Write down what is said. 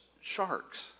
sharks